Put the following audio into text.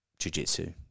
jujitsu